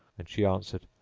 and she answered,